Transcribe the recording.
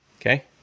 Okay